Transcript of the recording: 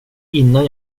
innan